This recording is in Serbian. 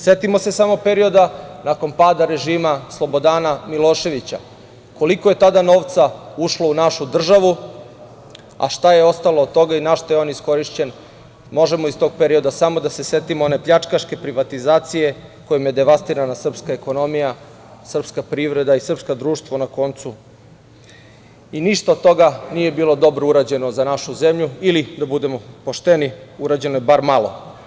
Setimo se samo perioda nakon pada režima Slobodana Miloševića, koliko je tada novca ušlo u našu državu a šta je ostalo od toga i na šta je on iskorišćen možemo iz tog perioda samo da setimo one pljačkaške privatizacije na kojem je devastirana srpska ekonomija, srpska privreda i srpsko društvo na koncu i ništa od toga nije bilo dobro urađeno za našu zemlju ili da budemo pošteni, uređeno bar malo.